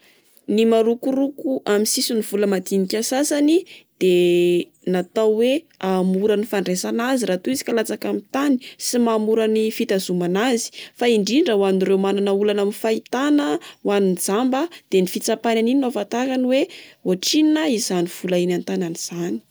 Ny marokoroko amin'ny sisin'ny vola madinika sasany denatao hoe hahamora ny fandraisana azy raha toa izy latsaka amin'ny tany sy mahamora ny fitazomana azy. Fa indrindra ho an'ireo manana olana amin'ny fahitana, ho an'ny jamba dia ny fitsapany an'iny no afatarany hoe ohatrinona izany vola eny an-tanany izany.